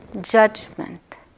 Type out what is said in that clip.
judgment